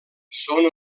són